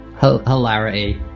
Hilarity